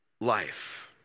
life